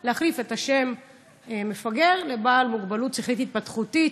להחליף את השם "מפגר" ב"בעל מוגבלות שכלית התפתחותית".